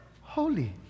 Holy